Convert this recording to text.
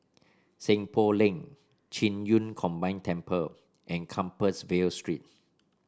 Seng Poh Lane Qing Yun Combined Temple and Compassvale Street